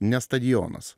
ne stadionas